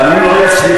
אבל אתם,